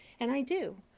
and i do.